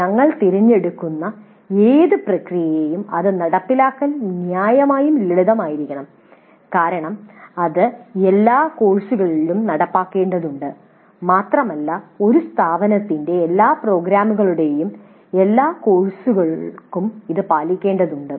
ഞങ്ങൾ തിരഞ്ഞെടുക്കുന്ന ഏത് പ്രക്രിയയും അത് നടപ്പിലാക്കാൻ ന്യായമായും ലളിതമായിരിക്കണം കാരണം ഇത് എല്ലാ കോഴ്സുകളിലും നടപ്പാക്കേണ്ടതുണ്ട് മാത്രമല്ല ഒരു സ്ഥാപനത്തിന്റെ എല്ലാ പ്രോഗ്രാമുകളുടെയും എല്ലാ കോഴ്സുകൾക്കും ഇത് പാലിക്കേണ്ടതുണ്ട്